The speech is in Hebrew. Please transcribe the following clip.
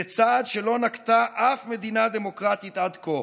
צעד שלא נקטה אף מדינה דמוקרטית עד כה.